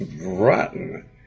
rotten